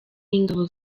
y’ingabo